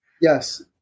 Yes